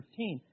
15